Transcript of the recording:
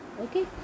okay